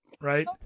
Right